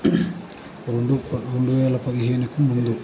రెండు రెండు వేల పదిహేనుకు ముందు